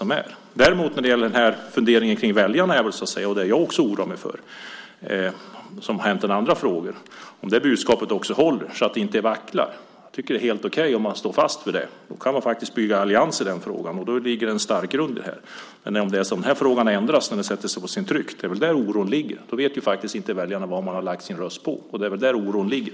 När det däremot gäller funderingen kring väljarna oroar det även mig att detta budskap inte ska hålla utan vackla, såsom har hänt i andra frågor. Jag tycker att det är helt okej om man står fast vid detta. Då kan vi faktiskt bygga en allians i denna fråga och ha en stark grund. Om det däremot ändras när det sätts under tryck vet inte väljarna vad de har lagt sin röst på, och det är väl där oron ligger.